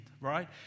right